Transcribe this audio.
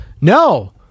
No